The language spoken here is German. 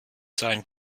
seinen